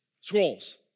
scrolls